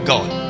God